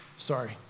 sorry